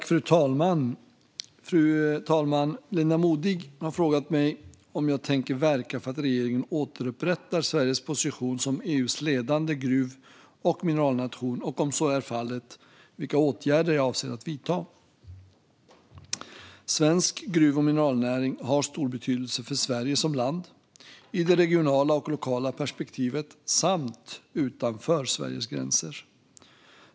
Fru talman! Linda Modig har frågat mig om jag tänker verka för att regeringen ska återupprätta Sveriges position som EU:s ledande gruv och mineralnation och, om så är fallet, vilka åtgärder jag avser att vidta. Svensk gruv och mineralnäring har stor betydelse för Sverige som land, i det regionala och lokala perspektivet samt utanför Sveriges gränser.